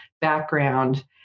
background